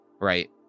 Right